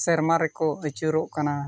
ᱥᱮᱨᱢᱟ ᱨᱮᱠᱚ ᱟᱹᱪᱩᱨᱚᱜ ᱠᱟᱱᱟ